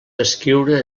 descriure